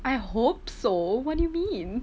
I hope so what do you mean